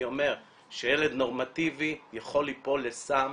אני אומר שילד נורמטיבי יכול ליפול לסם.